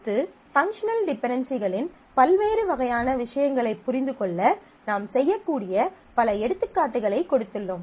அடுத்து பங்க்ஷனல் டிபென்டென்சிகளின் பல்வேறு வகையான விஷயங்களைப் புரிந்து கொள்ள நாம் செய்யக்கூடிய பல எடுத்துக்காட்டுகளைக் கொடுத்துள்ளோம்